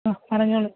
ആ പറഞ്ഞോളൂ